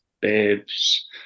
bibs